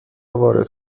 وارد